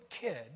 kid